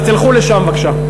אז תלכו לשם בבקשה.